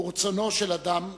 ורצונו של אדם כבודו.